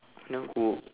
never cook